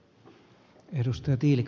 arvoisa puhemies